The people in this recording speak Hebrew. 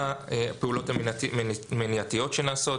מה הפעולות המניעתיות שנעשות?